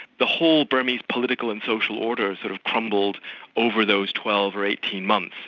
the whole burmese political and social order sort of crumbled over those twelve or eighteen months,